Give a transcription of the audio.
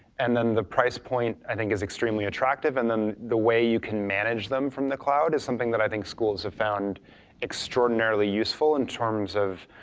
and then the price point i think is extremely attractive, and then the way you can manage them from the cloud is something that i think schools have found extraordinarily useful in terms of